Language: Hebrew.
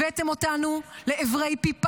הבאתם אותנו לעברי פי פחת.